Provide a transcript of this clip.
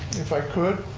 if i could,